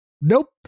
Nope